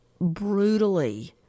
brutally